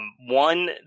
One